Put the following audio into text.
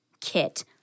kit